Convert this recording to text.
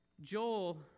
Joel